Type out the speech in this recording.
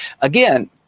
Again